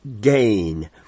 gain